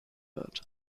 wird